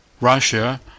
Russia